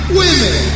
women